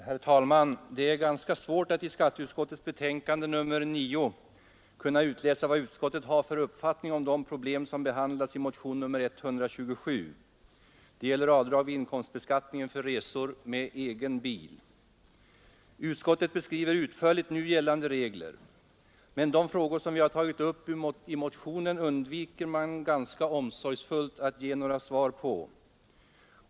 Herr talman! Det är ganska svårt att i skatteutskottets betänkande nr 9 utläsa vad utskottet har för uppfattning om de problem som behandlas i motion nr 127. Det gäller avdrag vid inkomstbeskattningen för resor med egen bil. Utskottet beskriver utförligt nu gällande regler. Men de frågor som vi tagit upp i motionen undviker utskottet omsorgsfullt att ge några svar på.